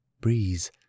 Breeze